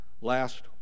last